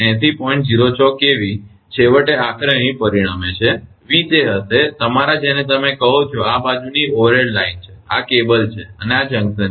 06 kV છેવટે આખરે અહીં પરિણમે છે v તે હશે તમારા જેને તમે કહો છો કે આ બાજુની ઓવરહેડ લાઇન છે આ કેબલ છે અને આ જંકશન છે